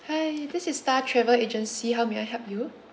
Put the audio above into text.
hi this is star travel agency how may I help you